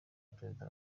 perezida